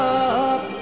up